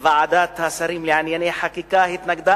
ועדת השרים לענייני חקיקה התנגדה.